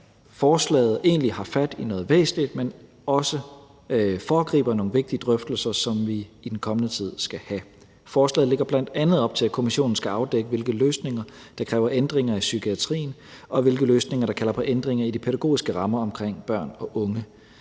egentlig har fat i noget væsentligt, men også foregriber nogle vigtige drøftelser, som vi i den kommende tid skal have. Forslaget lægger bl.a. op til, at kommissionen skal afdække, hvilke løsninger der kræver ændringer i psykiatrien, og hvilke løsninger der kalder på ændringer i de pædagogiske rammer omkring børn og unge.